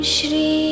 Shri